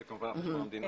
זה כמובן על חשבון המדינה.